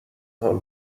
حال